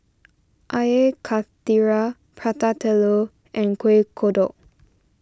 Air Karthira Prata Telur and Kueh Kodok